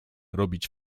robić